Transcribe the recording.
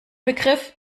begriff